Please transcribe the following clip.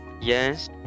Yes